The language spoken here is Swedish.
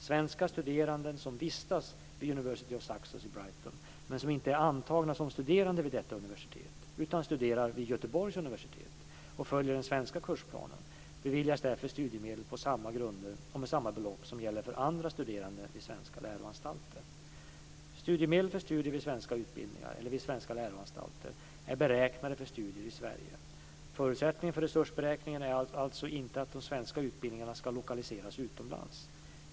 Svenska studerande som vistas vid University of Sussex, Brighton, men som inte är antagna som studerande vid detta universitet utan studerar vid Göteborgs universitet och följer den svenska kursplanen beviljas därför studiemedel på samma grunder och med samma belopp som gäller för andra studerande vid svenska läroanstalter. Studiemedel för studier vid svenska utbildningar eller vid svenska läroanstalter är beräknade för studier i Sverige. Förutsättningen för resursberäkningen är alltså inte att de svenska utbildningarna ska lokaliseras utomlands.